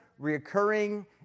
reoccurring